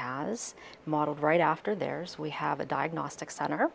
has modeled right after there's we have a diagnostic center